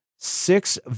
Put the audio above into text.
Six